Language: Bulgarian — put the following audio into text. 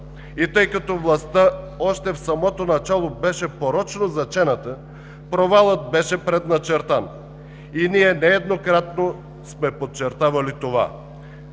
и тъй като властта още в самото начало беше порочно зачената, провалът беше предначертан, и ние нееднократно сме подчертавали това.